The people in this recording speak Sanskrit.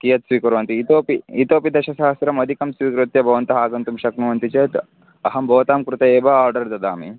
कियत् स्वीकुर्वन्ति इतोपि इतोपि दशसहस्रम् अधिकं स्वीकृत्य भवन्तः आगन्तुं शक्नुवन्ति चेत् अहं भवतां कृते एव आर्डर् ददामि